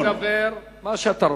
אתה תדבר מה שאתה רוצה.